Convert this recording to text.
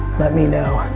let me know,